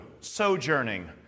sojourning